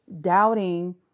doubting